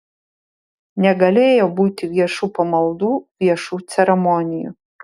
negalėjo būti viešų pamaldų viešų ceremonijų